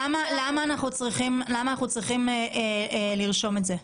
למה אנחנו צריכים לרשום את זה?